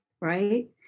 right